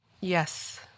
Yes